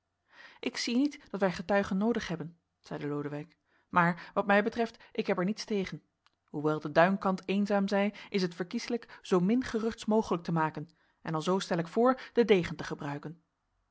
ik zie niet dat wij getuigen noodig hebben zeide lodewijk maar wat mij betreft ik heb er niets tegen hoewel de duinkant eenzaam zij is het verkieslijk zoomin geruchts mogelijk te maken en alzoo stel ik voor den degen te gebruiken